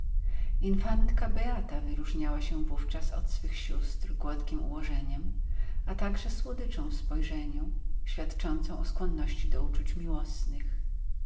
infantka beata wyróżniała się wówczas od swych sióstr gładkim ułożeniem a także słodyczą w spojrzeniu świadczącą o skłonności do uczuć miłosnych